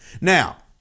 Now